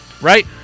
Right